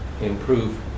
improve